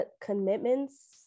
commitments